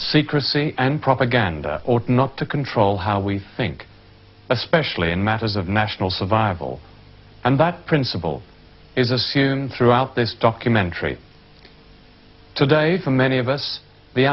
secrecy and propaganda or not to control how we think especially in matters of national survival and that principle is assumed throughout this documentary today for many of us the